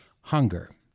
hunger